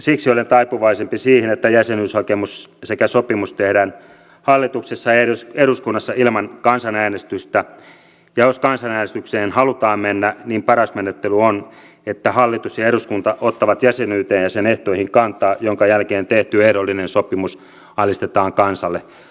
siksi olen taipuvaisempi siihen että jäsenyyshakemus sekä sopimus tehdään hallituksessa ja eduskunnassa ilman kansanäänestystä ja jos kansanäänestykseen halutaan mennä niin paras menettely on että hallitus ja eduskunta ottavat jäsenyyteen ja sen ehtoihin kantaa minkä jälkeen tehty ehdollinen sopimus alistetaan kansalle